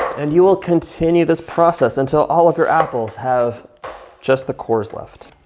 and you will continue this process until all of your apples have just the cores left.